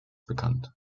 bekannt